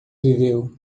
viveu